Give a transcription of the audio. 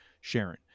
Sharon